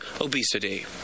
obesity